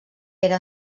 era